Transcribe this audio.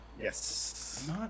Yes